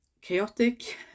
chaotic